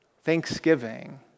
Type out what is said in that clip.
thanksgiving